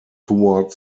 toward